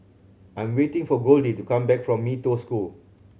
I'm waiting for Goldie to come back from Mee Toh School